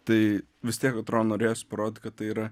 tai vis tiek atrodo norėjosi parodyt kad tai yra